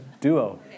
duo